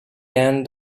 end